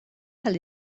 tal